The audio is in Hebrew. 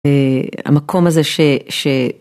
המקום הזה ש